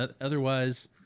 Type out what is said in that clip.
Otherwise